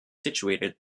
situated